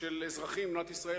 של אזרחים במדינת ישראל,